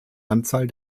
anzahl